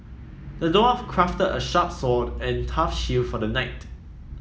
the dwarf crafted a sharp sword and tough shield for the knight